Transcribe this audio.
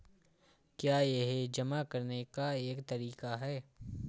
क्या यह जमा करने का एक तरीका है?